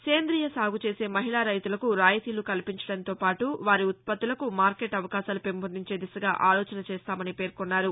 సేందియ సాగు చేసే మహిళా రైతులకు రాయితీలు కల్పించడంతోపాటు వారి ఉత్పత్తులకు మార్కెట్ అవకాశాలు పెంపొందించే దిశగా ఆలోచన చేస్తామని పేర్కోన్నారు